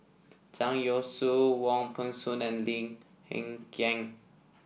Zhang Youshuo Wong Peng Soon and Lim Hng Kiang